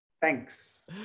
Thanks